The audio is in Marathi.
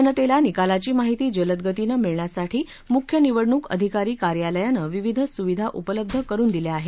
जनतेला निकालाची माहिती जलदगतीनं मिळण्यासाठी मुख्य निवडणूक अधिकारी कार्यालयानं विविध सुविधा उपलब्ध करुन दिल्या आहेत